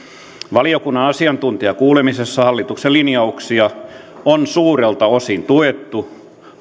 valiokunnan asiantuntijakuulemisessa hallituksen linjauksia on suurelta osin tuettu